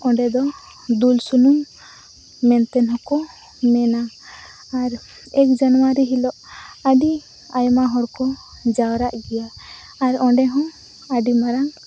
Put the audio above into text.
ᱚᱸᱰᱮᱫᱚ ᱫᱩᱞ ᱥᱩᱱᱩᱢ ᱢᱮᱱᱛᱮᱦᱚᱸᱠᱚ ᱢᱮᱱᱟ ᱟᱨ ᱮᱹᱠ ᱡᱟᱱᱩᱣᱟᱨᱤ ᱦᱤᱞᱳᱜ ᱟᱹᱰᱤ ᱟᱭᱢᱟ ᱦᱚᱲᱠᱚ ᱡᱟᱣᱨᱟᱜ ᱜᱮᱭᱟ ᱟᱨ ᱚᱸᱰᱮᱦᱚᱸ ᱟᱹᱰᱤ ᱢᱟᱨᱟᱝ